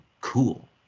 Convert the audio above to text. cool